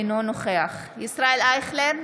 אינו נוכח ישראל אייכלר,